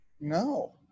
No